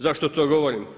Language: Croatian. Zašto to govorim?